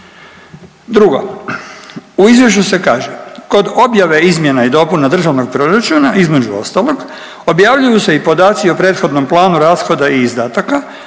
Drugo, u izvješću se kaže kod objave izmjena i dopuna državnog proračuna između ostalog objavljuju se i podaci o prethodnom planu rashoda i izdataka,